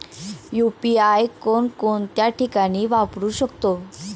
UPI कोणकोणत्या ठिकाणी वापरू शकतो?